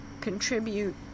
contribute